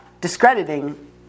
discrediting